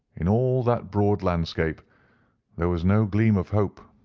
in all that broad landscape there was no gleam of hope.